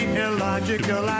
illogical